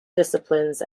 disciplines